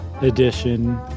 edition